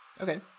Okay